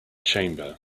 chamber